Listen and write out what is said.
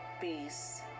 peace